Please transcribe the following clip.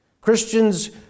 Christians